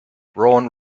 braun